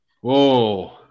whoa